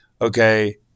okay